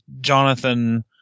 Jonathan